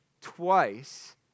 Twice